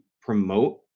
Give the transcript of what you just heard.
promote